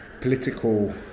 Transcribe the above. political